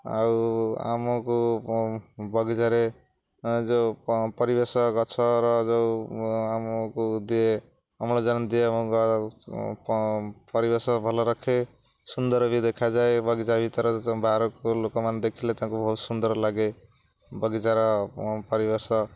ଆଉ ଆମକୁ ବଗିଚାରେ ଯେଉଁ ପରିବେଶ ଗଛର ଯେଉଁ ଆମକୁ ଦିଏ ଅମ୍ଳଜାନ ଦିଏ ଆମ ପରିବେଶ ଭଲ ରଖେ ସୁନ୍ଦର ବି ଦେଖାଯାଏ ବଗିଚା ଭିତରେ ବାହାରକୁ ଲୋକମାନେ ଦେଖିଲେ ତାଙ୍କୁ ବହୁତ ସୁନ୍ଦର ଲାଗେ ବଗିଚାର ପରିବେଶ